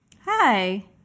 Hi